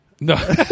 No